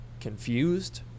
confused